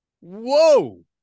Whoa